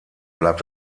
bleibt